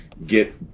get